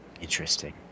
Interesting